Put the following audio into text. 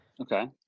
Okay